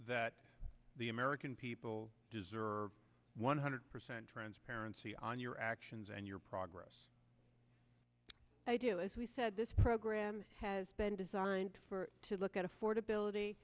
that the american people deserve one hundred percent transparency on your actions and your progress i do as we said this program has been designed to look at affordability